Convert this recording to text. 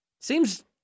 seems